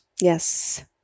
Yes